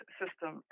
system